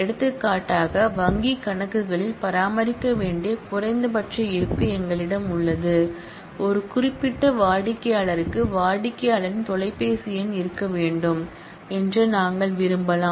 எடுத்துக்காட்டாக வங்கிக் கணக்குகளில் பராமரிக்க வேண்டிய குறைந்தபட்ச இருப்பு எங்களிடம் உள்ளது ஒரு குறிப்பிட்ட வாடிக்கையாளருக்கு வாடிக்கையாளரின் தொலைபேசி எண் இருக்க வேண்டும் என்று நாங்கள் விரும்பலாம்